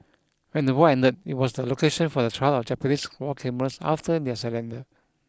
when the war ended it was the location for the trial of Japanese war criminals after their surrender